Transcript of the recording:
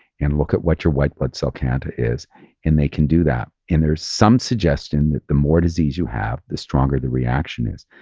and look at what your white blood cell count is and they can do that. and there's some suggestion that the more disease you have, the stronger the reaction is,